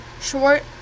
Short